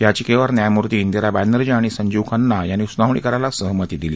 याचिकेवर न्यायमूर्ती इंदिरा बॅनर्जी आणि संजीव खन्ना यांनी सुनावणी करायला सहमती दिली